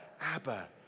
Abba